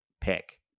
pick